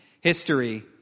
History